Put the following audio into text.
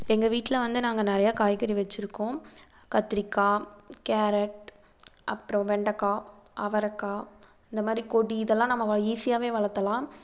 எங்கள் வீட்டில் வந்து நாங்கள் நிறையா காய்கறி வச்சுருக்கோம் கத்திரிக்காய் கேரட் அப்புறம் வெண்டைக்கா அவரைக்கா இந்த மாதிரி கொடி இதெல்லாம் நம்ம ஈஸியாகவே வளத்தலாம்